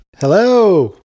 Hello